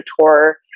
tour